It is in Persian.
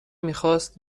میخواست